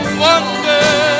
wonder